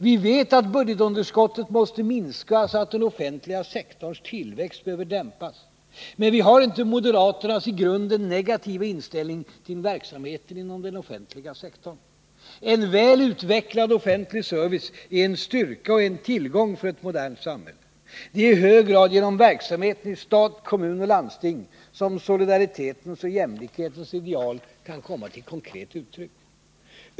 Vi vet att budgetunderskottet måste minskas och att den offentliga sektorns tillväxt behöver dämpas. Men vi har inte moderaternas i grunden negativa inställning till verksamheten inom den offentliga sektorn. En väl utvecklad offentlig service är en styrka och en tillgång för ett modernt samhälle. Det är i hög grad genom verksamheten i stat, kommuner och landsting som solidaritetens och jämlikhetens ideal kan komma till konkret uttryck.